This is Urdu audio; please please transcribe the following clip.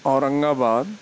اورنگ آباد